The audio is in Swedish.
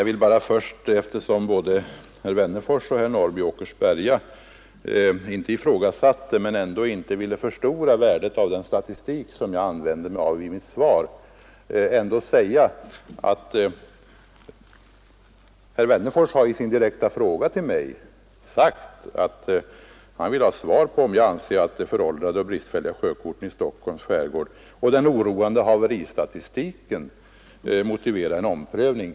Herr talman! Herr Wennerfors och herr Norrby i Åkersberga ifrågasatte inte riktigheten av den statistik som jag använt mig av i mitt svar men ville inte heller förstora värdet av den. Herr Wennerfors har emellertid i sin direkta fråga till mig sagt att han önskar svar på om jag anser att de föråldrade och bristfälliga sjökorten i Stockholms skärgård och den oroande haveristatistiken motiverar en omprövning.